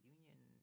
Union